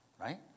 right